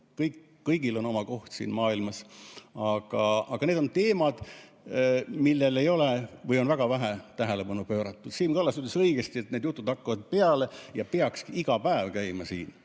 kõigil on oma koht siin maailmas, aga need on teemad, millele ei ole või on väga vähe tähelepanu pööratud. Siim Kallas ütles õigesti, et need jutud hakkavad peale ja peaks iga päev käima,